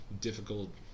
difficult